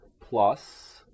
plus